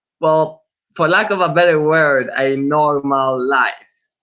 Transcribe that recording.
well for lack of a better word, a normal life.